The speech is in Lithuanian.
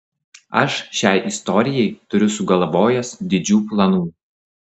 aš šiai istorijai turiu sugalvojęs didžių planų